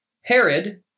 Herod